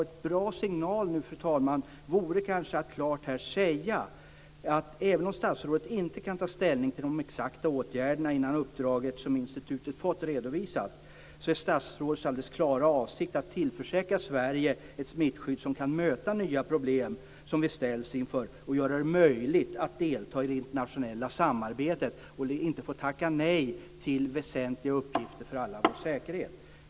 En bra signal nu, fru talman, vore kanske att här klart säga att det, även om statsrådet inte kan ta ställning till de exakta åtgärderna innan det uppdrag som institutet fått har redovisats, är statsrådets alldeles klara avsikt att tillförsäkra Sverige ett smittskydd som kan möta nya problem som vi ställs inför och att göra det möjligt att delta i det internationella samarbetet så att vi inte får tacka nej till väsentliga uppgifter för allas vår säkerhet.